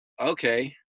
okay